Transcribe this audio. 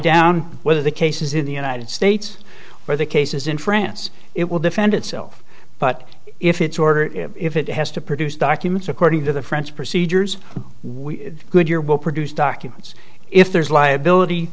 down whether the case is in the united states where the case is in france it will defend itself but if it's order if it has to produce documents according to the french procedures we good year will produce documents if there's liability